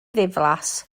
ddiflas